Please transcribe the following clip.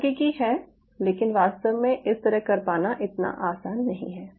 प्रौद्योगिकी है लेकिन वास्तव में इस तरह कर पाना इतना आसान नहीं है